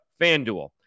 FanDuel